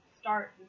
start